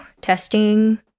Testing